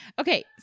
Okay